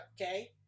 Okay